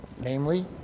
Namely